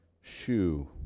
shoe